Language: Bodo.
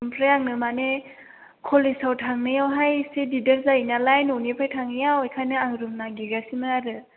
ओमफ्राय आंनो मानि कलेजआव थांनायावहाय एसे दिगदार जायो नालाय न'निफ्राय थांनायाव बेखायनो आङो रुम नागेरगासिनो आरो